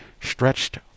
stretched